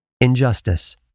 Injustice